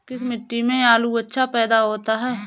किस मिट्टी में आलू अच्छा पैदा होता है?